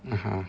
(uh huh)